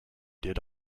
did